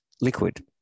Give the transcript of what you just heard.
Liquid